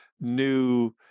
new